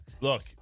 Look